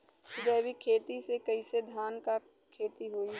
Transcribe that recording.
जैविक खेती से कईसे धान क खेती होई?